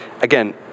again